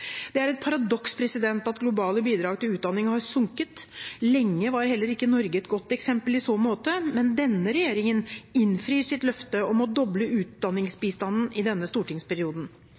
Det er et paradoks at globale bidrag til utdanning har sunket. Lenge var heller ikke Norge et godt eksempel i så måte, men denne regjeringen innfrir sitt løfte om å doble utdanningsbistanden i denne stortingsperioden.